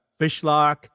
Fishlock